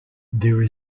there